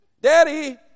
Daddy